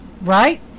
Right